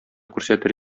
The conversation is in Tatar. күрсәтер